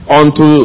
unto